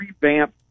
revamp